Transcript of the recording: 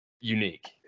unique